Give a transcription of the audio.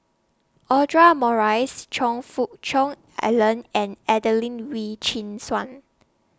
Audra Morrice Choe Fook Cheong Alan and Adelene Wee Chin Suan